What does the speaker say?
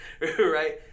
Right